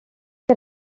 que